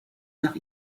nach